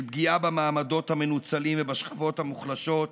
של פגיעה במעמדות המנוצלים ובשכבות המוחלשות,